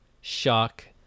Shock